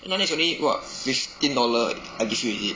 then like that is only !wah! fifteen dollar I give you is it